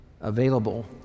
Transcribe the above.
available